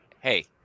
Hey